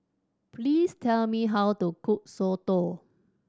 please tell me how to cook soto